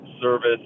service